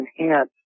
enhance